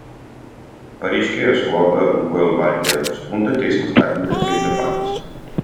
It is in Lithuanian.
pareiškėjos uab lukoil baltija skundą teismas atmetė kaip nepagrįstą